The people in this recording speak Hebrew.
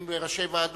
עם ראשי ועדות,